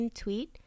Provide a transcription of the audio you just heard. tweet